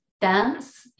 dance